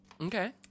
okay